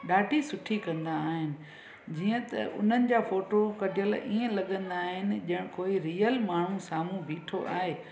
ॾाढी सुठी कंदा आहिनि जीअं त उन्हनि जा फ़ोटू कढियल इअं लॻंदा आहिनि ॼण कोई रियल माण्हू साम्हू बिठो आहे